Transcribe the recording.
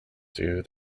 through